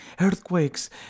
earthquakes